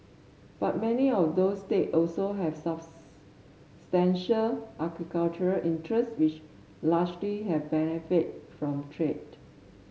but many of those state also have substantial agricultural interest which largely have benefited from trade